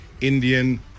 indian